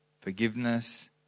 forgiveness